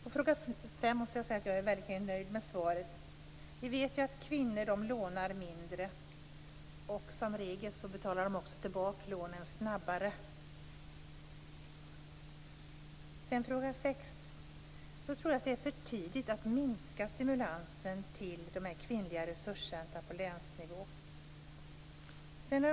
På fråga 5 är jag verkligen nöjd med svaret. Vi vet att kvinnor lånar mindre, och som regel betalar de också tillbaka lånen snabbare. På fråga 6 tror jag att det är för tidigt att minska stimulansen till de kvinnliga resurscentrumen på länsnivå.